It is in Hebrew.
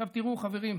עכשיו תראו, חברים,